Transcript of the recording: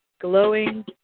glowing